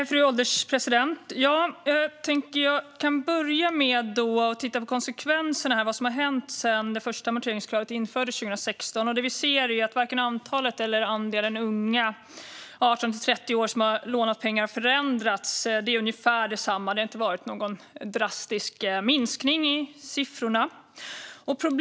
Fru ålderspresident! Jag kan börja med att titta på konsekvenserna, alltså vad som har hänt sedan det första amorteringskravet infördes 2016. Det vi ser är att varken antalet eller andelen unga i åldrarna 18-30 år som har lånat pengar har förändrats. Det är ungefär detsamma. Det har inte varit någon drastisk minskning i siffrorna.